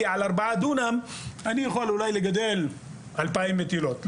כי על 4 דונם אני יכול לגדל אולי 2,000 מטילות,